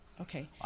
Okay